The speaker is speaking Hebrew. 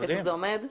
איפה זה עומד?